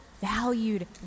valued